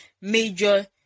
major